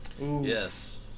Yes